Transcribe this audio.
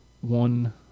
one